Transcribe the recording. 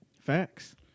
Facts